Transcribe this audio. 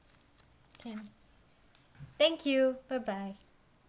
can thank you bye bye